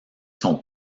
son